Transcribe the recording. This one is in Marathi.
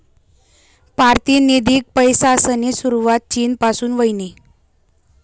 पारतिनिधिक पैसासनी सुरवात चीन पासून व्हयनी